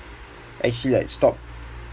actually like stopped